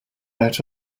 out